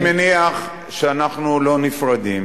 אני מניח שאנחנו לא נפרדים